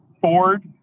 Ford